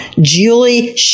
Julie